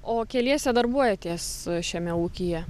o keliese darbuojatės šiame ūkyje